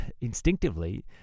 instinctively